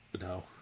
No